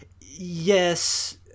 yes